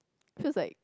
feels like